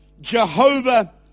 Jehovah